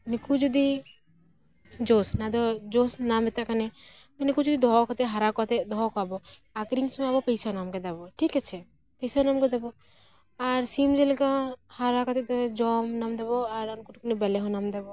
ᱱᱤᱠᱩ ᱡᱩᱫᱤ ᱡᱚᱥ ᱱᱚᱣᱟ ᱫᱚ ᱡᱚᱥ ᱢᱮᱛᱟᱜ ᱠᱟᱱᱟᱹᱧᱱᱩᱠᱩ ᱡᱩᱫᱤ ᱫᱚᱦᱚ ᱠᱟᱛᱮ ᱦᱟᱨᱟ ᱠᱟᱛᱮ ᱫᱚᱦᱚ ᱠᱚᱣᱟ ᱵᱚ ᱟᱹᱠᱨᱤᱧ ᱥᱳᱢᱳᱭ ᱟᱵᱚ ᱯᱚᱭᱥᱟ ᱧᱟᱢ ᱠᱮᱫᱟ ᱵᱚ ᱴᱷᱤᱠ ᱟᱪᱷᱮ ᱯᱚᱭᱥᱟ ᱱᱟᱢᱠᱮᱫᱟᱵᱚ ᱟᱨ ᱥᱤᱢ ᱡᱮᱞᱮᱠᱟ ᱦᱟᱨᱟ ᱠᱟᱛᱮᱫ ᱫᱚ ᱡᱚᱢ ᱱᱟᱢ ᱮᱫᱟᱵᱚ ᱟᱨ ᱩᱱᱠᱩ ᱴᱷᱮᱱ ᱠᱷᱚᱱ ᱵᱤᱞᱮ ᱦᱚᱸ ᱱᱟᱢ ᱮᱫᱟ ᱵᱚ